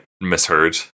misheard